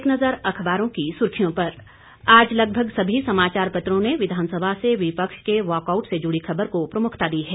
एक नज़र अखबारों की सुर्खियों पर आज लगभग सभी समाचार पत्रों ने विधानसभा से विपक्ष के वाकआउट से जुड़ी खबर को प्रमुखता दी है